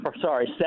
sorry